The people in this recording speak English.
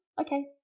okay